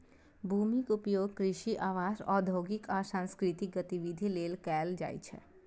भूमिक उपयोग कृषि, आवास, औद्योगिक आ सांस्कृतिक गतिविधि लेल कैल जाइ छै